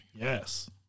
Yes